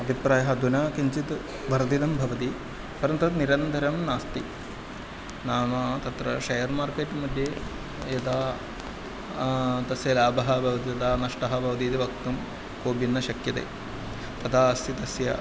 अभिप्रायः अधुना किञ्चित् वर्धितं भवति परन्तु तत् निरन्तरं नास्ति नाम तत्र शेर् मार्केट् मध्ये यदा तस्य लाभः भवति तदा नष्टः भवति इति वक्तुं कोपि न शक्यते तदा अस्ति तस्य